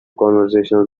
conversations